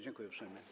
Dziękuję uprzejmie.